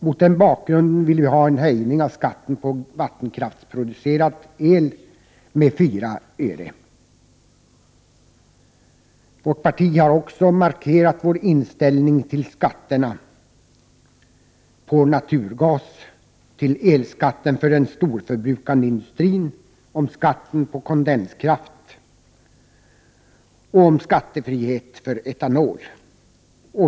Mot den bakgrunden vill vi ha en höjning av skatten på vattenkraftsproducerad el med 4 öre. Vårt parti har också markerat sin inställning till skatterna på naturgas, till elskatten för den storförbrukande industrin, till skatten på kondenskraft och till skattefrihet för etanol.